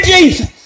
Jesus